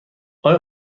آیا